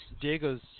Diego's